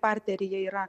parteryje yra